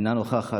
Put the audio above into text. אינה נוכחת,